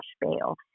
bail